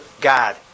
God